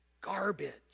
garbage